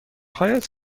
هایت